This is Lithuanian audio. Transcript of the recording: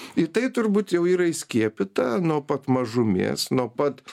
į tai turbūt jau yra įskiepyta nuo pat mažumės nuo pat